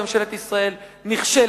וממשלת ישראל נכשלה,